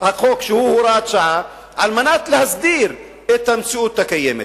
החוק שהוא הוראת שעה על מנת להסדיר את המציאות הקיימת,